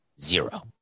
zero